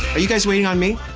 are you guys waiting on me?